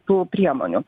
tų priemonių